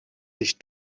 sich